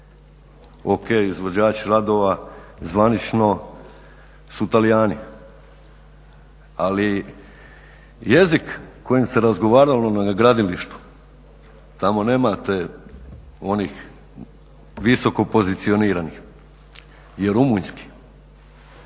O.k. izvođači radova zvanično su Talijani ali jezik kojim se razgovaralo na gradilištu, tamo nemate onih visokopozicioniranih je rumunjsku.